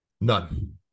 None